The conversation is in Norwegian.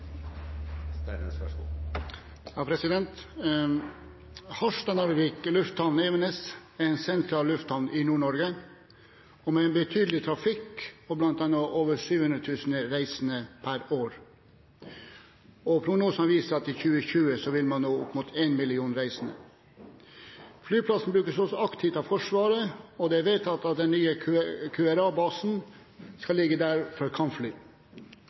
en sentral lufthavn i Nord-Norge med en betydelig trafikk og blant annet over 700 000 reisende i året. I 2020 vil man nå 1 million reisende. Flyplassen brukes også aktivt av Forsvaret, og det er vedtatt at den skal være en QRA-base for nye kampfly. Selv om Evenes opplever vekst, står det lite i Avinors nordområdestrategi om planene fremover for